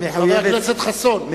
חבר הכנסת חסון,